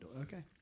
Okay